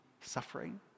suffering